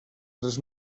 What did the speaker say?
tres